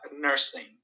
nursing